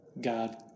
God